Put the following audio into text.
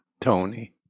Tony